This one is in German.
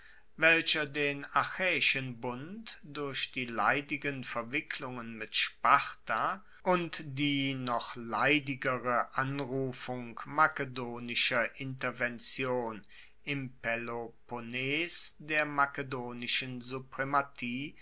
welcher den achaeischen bund durch die leidigen verwicklungen mit sparta und die noch leidigere anrufung makedonischer intervention im peloponnes der makedonischen suprematie